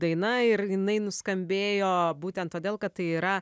daina ir jinai nuskambėjo būtent todėl kad tai yra